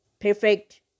Perfect